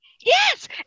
Yes